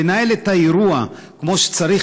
לנהל את האירוע כמו שצריך,